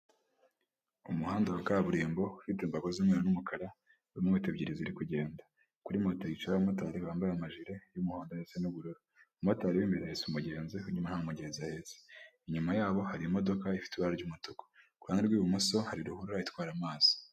Umuhanda wa kaburimbo, ufite imbago z'umweru n'umukara, urimo moto ebyiri ziri kugenda. Kuri moto hicayeho abamotari bambaye amajire y'umuhondo ndetse n'ubururu. Umumotari wimbere ahetse umugenzi, uw'inyuma nta mugenzi ahetse. Inyuma yabo hari imodoka ifite ibara ry'umutuku. Ku ruhande rw'ibumoso hari ruhurura itwara amazi.